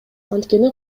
анткени